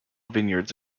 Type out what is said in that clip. vineyards